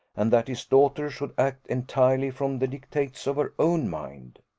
and that his daughter should act entirely from the dictates of her own mind.